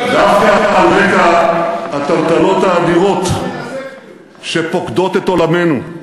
דווקא על רקע הטלטלות האדירות שפוקדות את עולמנו,